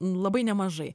labai nemažai